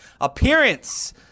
Appearance